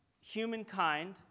humankind